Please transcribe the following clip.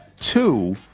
two